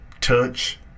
Touch